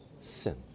sin